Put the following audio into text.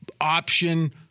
option